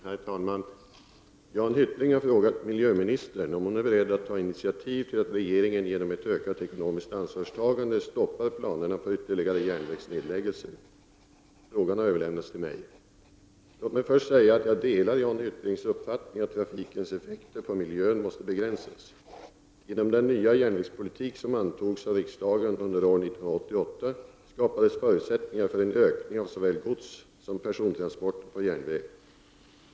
Herr talman! Jan Hyttring har frågat miljöministern om hon är beredd att ta initiativ till att regeringen genom ett ökat ekonomiskt ansvarstagande stoppar planerna på ytterligare järnvägsnedläggelser. Frågan har överlämnats till mig. Låt mig först säga att jag delar Jan Hyttrings uppfattning att trafikens effekter på miljön måste begränsas. Genom det järnvägspolitiska beslut som fattades av riksdagen under år 1988 skapades förutsättningar för en ökning av såväl godssom persontransporter på järnväg.